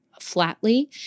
flatly